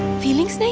feelings.